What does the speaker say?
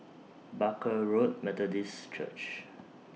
Barker Road Methodist Church